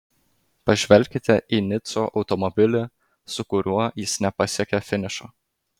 pažvelkite į nico automobilį su kuriuo jis nepasiekė finišo